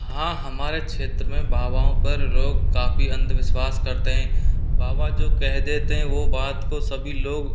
हाँ हमारे क्षेत्र में बाबाओं पर लोग काफी अंधविश्वास करते हैं बाबा जो कह देते हैं वह बात को सभी लोग